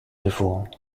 before